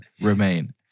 remain